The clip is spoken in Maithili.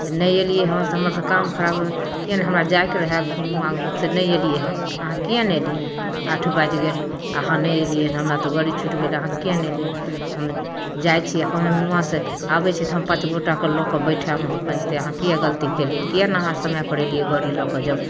से नहि अएलिए हन से हमर काम खराब केने हमरा जाइके रहै हुआँ से नहि अएलिए हँ अहाँ किएक नहि अएलिए आठ बाजि गेल अहाँ नहि अएलिए हँ हमरा तऽ गाड़ी छुटि गेल अहाँ किएक नहि अएलिए हम जाइ छी अपन हुआँ से आबै छी तऽ हम पाँच गोटाके लऽ कऽ बैठाएब पनचैती अहाँ किएक गलती केलिए किएक नहि अहाँ समयपर अएलिए गाड़ी लऽ कऽ जब